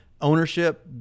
ownership